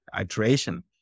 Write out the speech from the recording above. iteration